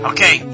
Okay